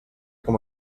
com